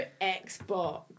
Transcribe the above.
Xbox